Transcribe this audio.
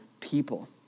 people